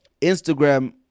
instagram